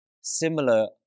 similar